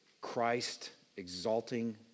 Christ-exalting